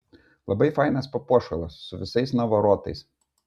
labai fainas papuošalas su visais navarotais